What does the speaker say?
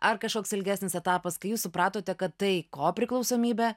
ar kažkoks ilgesnis etapas kai jūs supratote kad tai ko priklausomybė